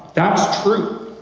that's true.